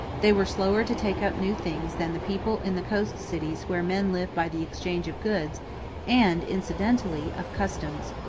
they were slower to take up new things than the people in the coast cities where men live by the exchange of goods and, incidentally, of customs.